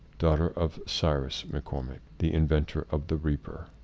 daughter of cyrus mccormick, the inventor of the reaper.